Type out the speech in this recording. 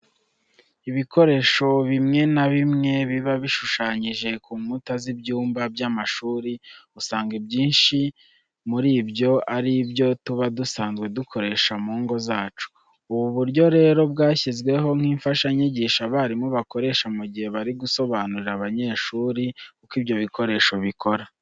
Ibikoresho bimwe na bimwe biba bishushanyije ku nkuta z'ibyumba by'amashuri usanga ibyinshi muri byo ari ibyo tuba dusanzwe dukoresha mu ngo zacu. Ubu buryo rero bwashyizweho nk'imfashanyigisho abarimu bakoresha mu gihe bari gusobanurira abanyeshuri uko ibyo bikoresho bikora.